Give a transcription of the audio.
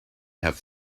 have